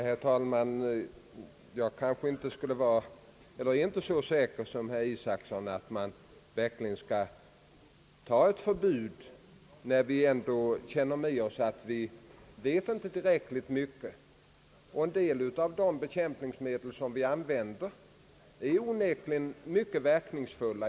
Herr talman! Jag är inte så säker som herr Isacson på att man verkli gen skall införa ett förbud, när vi ändå känner med oss att vi inte vet tillräckligt mycket om gifternas vwver kan. En del av de bekämpningsmedel vi använder är onekligen mycket verkningsfulla.